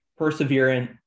perseverant